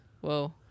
Whoa